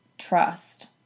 trust